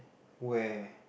where